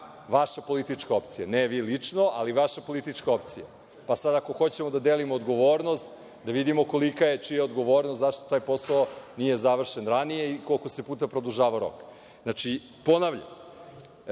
vaša politička opcije, ne vi lično, ali vaša politička opcija. Pa, sada ako hoćemo da delimo odgovornost, da vidimo kolika je čija odgovornost, zašto taj posao nije završen ranije i koliko se puta produžavao rok. Znači, ponavljam